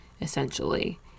essentially